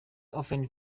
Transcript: often